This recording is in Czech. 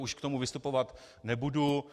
A už k tomu vystupovat nebudu.